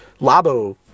Labo